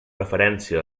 referència